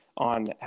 on